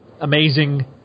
amazing